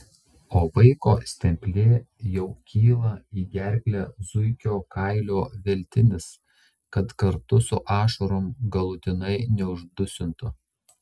o vaiko stemple jau kyla į gerklę zuikio kailio veltinis kad kartu su ašarom galutinai neuždusintų